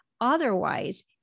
Otherwise